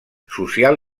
social